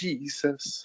Jesus